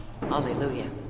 Hallelujah